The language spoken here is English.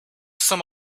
some